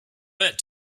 that